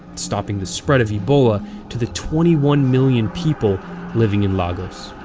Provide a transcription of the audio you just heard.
stopping the spread of ebola to the twenty one million people living in lagos.